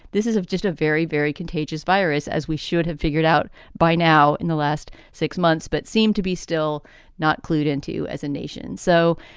this is just a very, very contagious virus, as we should have figured out by now in the last six months, but seem to be still not clued into as a nation. so,